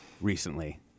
recently